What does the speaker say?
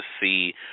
see